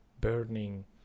burning